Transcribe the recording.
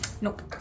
Nope